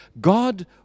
God